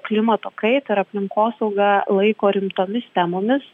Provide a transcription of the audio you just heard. klimato kaitą ir aplinkosaugą laiko rimtomis temomis